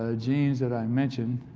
ah genes that i mentioned,